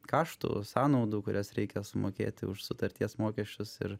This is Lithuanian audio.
kaštų sąnaudų kurias reikia sumokėti už sutarties mokesčius ir